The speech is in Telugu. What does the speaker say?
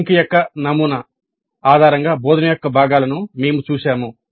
ఫింక్ యొక్క నమూనా ఆధారంగా బోధన యొక్క భాగాలను మేము చూశాము